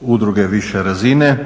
udruge više razine.